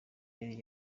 yari